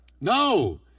No